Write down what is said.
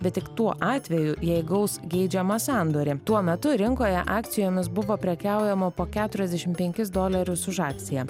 bet tik tuo atveju jei gaus geidžiamą sandorį tuo metu rinkoje akcijomis buvo prekiaujama po keturiasdešim penkis dolerius už akciją